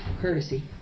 Courtesy